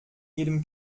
jedem